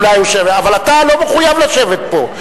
אבל אתה לא מחויב לשבת פה.